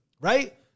Right